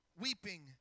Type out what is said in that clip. Weeping